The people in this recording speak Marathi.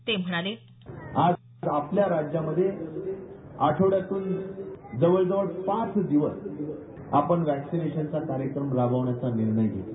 ते म्हणाले आज आपल्या राज्यामध्ये आठवड्यातून जवळजवळ पाच दिवस आपण व्हॅक्सीनेशनचा कार्यक्रम राबवण्याचा निर्णय घेतला